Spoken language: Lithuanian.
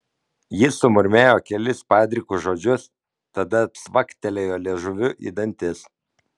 jis sumurmėjo kelis padrikus žodžius tada cvaktelėjo liežuviu į dantis